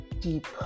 deep